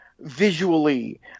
visually